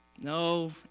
No